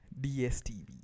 DSTV